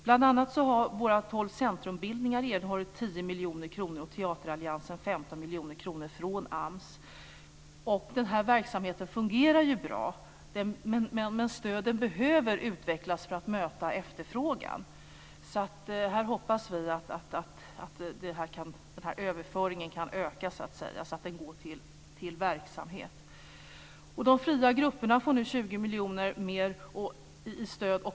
Bl.a. har våra tolv centrumbildningar erhållit 10 miljoner kronor och Teateralliansen 15 miljoner kronor från AMS. Den här verksamheten fungerar bra, men stöden behöver utvecklas för att man ska kunna möta efterfrågan. Vi hoppas att den här överföringen kan öka och att den går till verksamhet. De fria grupperna får nu 20 miljoner mer i stöd.